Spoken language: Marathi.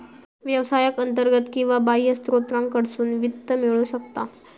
व्यवसायाक अंतर्गत किंवा बाह्य स्त्रोतांकडसून वित्त मिळू शकता